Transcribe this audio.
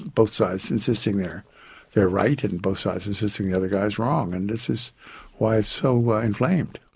both sides insisting they're they're right, and and both sides insisting the other guy's wrong, and this is why it's so inflamed.